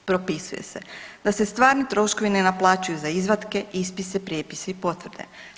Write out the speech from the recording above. Propisuje se da se stvarni troškovi ne naplaćuju za izvatke, ispise, prijepise i potvrde.